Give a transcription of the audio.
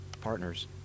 Partners